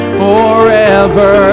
forever